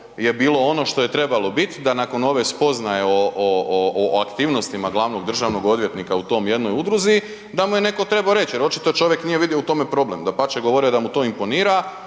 je bilo ono što je trebalo biti, da nakon ove spoznaje o aktivnostima glavnog državnog odvjetnika u toj jednoj udruzi, da mu je netko treba reći jer očito čovjek nije vidio o tome problem. Dapače, govorio je da ju to imponira